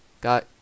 Got